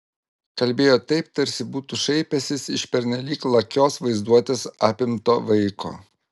kalbėjo taip tarsi būtų šaipęsis iš pernelyg lakios vaizduotės apimto vaiko